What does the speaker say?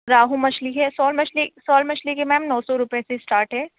راہو مچھلی ہے سال مچھلی سال مچھلی کے میم نو سو روپئے سے اسٹارٹ ہے